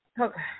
Okay